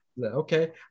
okay